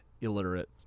illiterate